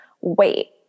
wait